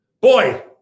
Boy